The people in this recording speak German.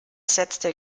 setzte